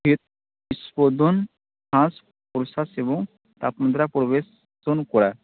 হৃদ স্পন্দন শ্বাস প্রশ্বাস এবং তাপমাত্রা প্রবেশন করা